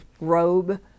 robe